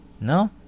No